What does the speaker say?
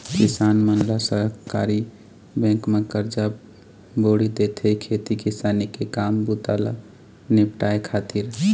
किसान मन ल सहकारी बेंक ह करजा बोड़ी देथे, खेती किसानी के काम बूता ल निपाटय खातिर